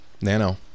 Nano